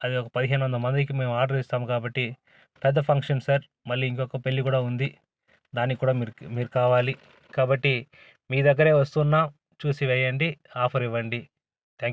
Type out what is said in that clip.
అది ఒక పదిహేను వందల మందికి మేము ఆర్డర్ ఇస్తాం కాబట్టి పెద్ద ఫంక్షన్ సార్ మళ్ళీ ఇంకొక పెళ్ళి కూడా ఉంది దానికి కూడా మీరు క మీరు కావాలి కాబట్టి మీ దగ్గర వస్తున్నాం చూసి వేయండి ఆఫర్ ఇవ్వండి థ్యాంక్ యూ